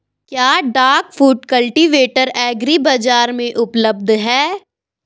क्या duck foot cultivator agri बाज़ार में उपलब्ध है?